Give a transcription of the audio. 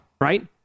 right